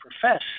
profess